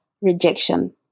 rejection